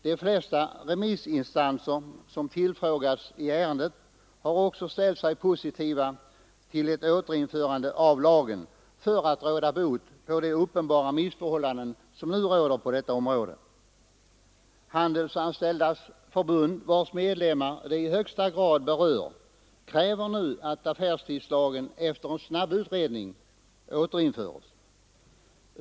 De flesta remissinstanser som tillfrågats i ärendet har också ställt sig positiva till ett återinförande av lagen för att råda bot på de uppenbara missförhållanden som nu råder på detta område. Handelsanställdas förbund, vars medlemmar det i högsta grad berör, kräver nu att affärstidslagen efter en snabbutredning återinföres.